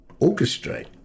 orchestrate